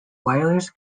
wireless